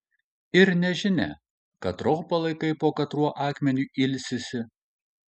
ir nežinia katro palaikai po katruo akmeniu ilsisi